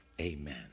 Amen